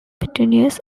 petunias